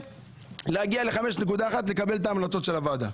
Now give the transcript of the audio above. להגיע ל-5.1 לקבל את ההמלצות של הוועדה.